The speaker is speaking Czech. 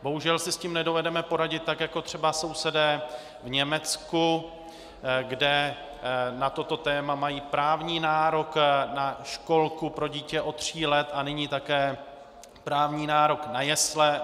Bohužel si s tím nedovedeme poradit tak jako třeba sousedé v Německu, kde na toto téma mají právní nárok na školku pro dítě od tří let a nyní také právní nárok na jesle.